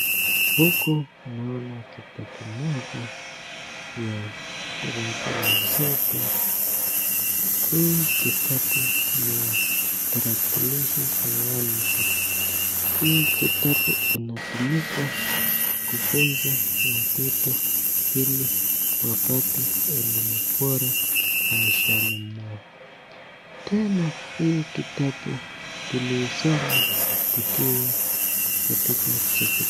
Huku naona kitabu moja ya darasa la saba. Hii kitabu ni ya tarakilishi sayansi. Hii kitabu inatumika kufunza watoto ili wapate elimu bora maishani mwao. Tena, hii kitabu tuliisoma tukiwa katika chekechea.